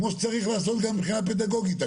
כמו שצריך לעשות גם מבחינה פדגוגית,